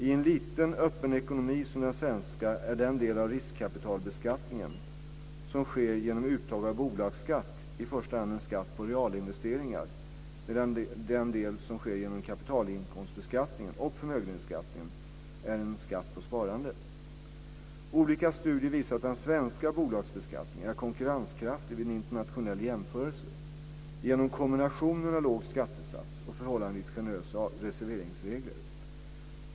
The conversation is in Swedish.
I en liten öppen ekonomi som den svenska är den del av riskkapitalbeskattningen som sker genom uttag av bolagsskatt i första hand en skatt på realinvesteringar, medan den del som sker genom kapitalinkomstbeskattningen - och förmögenhetsskatten - är en skatt på sparande. Olika studier visar att den svenska bolagsbeskattningen är konkurrenskraftig vid en internationell jämförelse genom kombinationen av låg skattesats och förhållandevis generösa reserveringsregler.